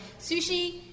sushi